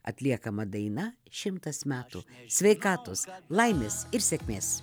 atliekama daina šimtas metų sveikatos laimės ir sėkmės